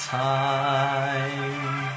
time